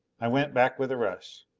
i went back with a rush.